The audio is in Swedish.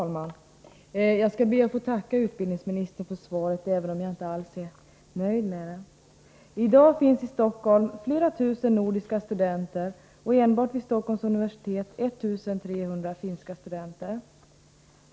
Herr talman! Jag ber att få tacka utbildningsministern för svaret, även om jag inte alls är nöjd med det. I dag finns i Stockholm flera tusen nordiska studenter och enbart vid Stockholms universitet 1 300 finska studenter.